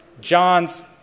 John's